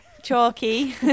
chalky